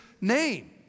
name